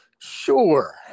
Sure